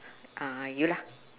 uh you lah